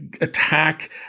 attack